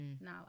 now